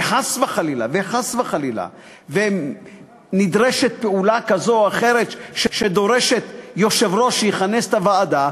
וחס וחלילה נדרשת פעולה כזאת או אחרת שדורשת יושב-ראש שיכנס את הוועדה,